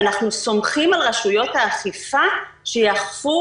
ואנחנו סומכים על רשויות האכיפה שיאכפו